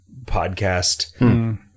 podcast